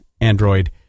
Android